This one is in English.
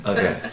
Okay